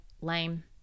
lame